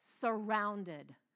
surrounded